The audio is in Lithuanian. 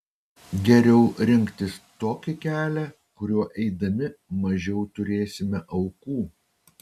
geriau rinktis tokį kelią kuriuo eidami mažiau turėsime aukų